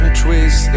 twist